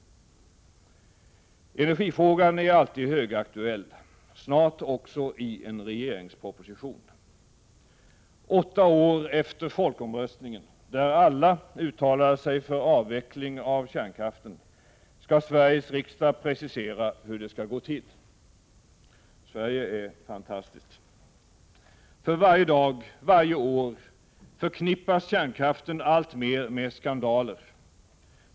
Energifrågan är alltid högaktuell, snart också i en regeringsproposition. Åtta år efter folkomröstningen — där alla uttalade sig för avveckling av kärnkraften — skall Sveriges riksdag precisera hur det skall gå till. Sverige är fantastiskt! För varje dag, varje år förknippas kärnkraften alltmer med skandaler.